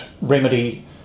remedy